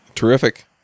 Terrific